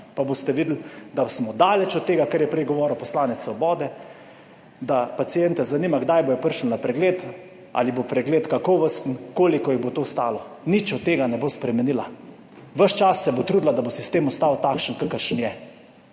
pa boste videli, da smo daleč od tega kar je prej govoril poslanec Svobode, da paciente zanima kdaj bodo prišli na pregled, ali bo pregled kakovosten, koliko jih bo to stalo. Nič od tega ne bo spremenila, ves čas se bo trudila, da bo sistem ostal takšen kakršen je.